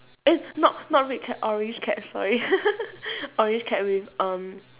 eh not not red cap orange cap sorry orange cap with um